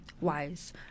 Wise